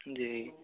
जी